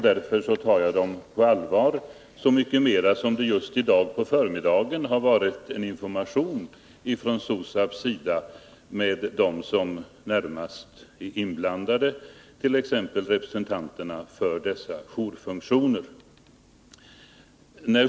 Därför tar jag den på allvar, och det så mycket mer som SOSAB just i dag på förmiddagen haft ett informationsmöte med dem som är närmast inblandade, t.ex. representanterna för jourfunktionerna.